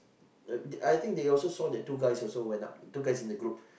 I think they also saw the two guys also went up two guys in the group